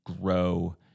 grow